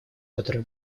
которое